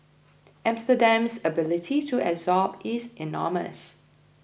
Amsterdam's ability to absorb is enormous